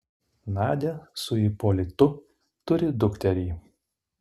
nadia su ipolitu turi dukterį